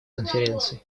конференцией